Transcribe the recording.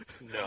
No